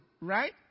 right